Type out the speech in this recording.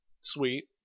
Sweet